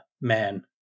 man